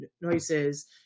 noises